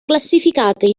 classificate